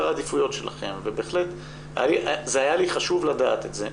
העדיפויות שלכם ובהחלט זה היה לי חשוב לדעת את זה.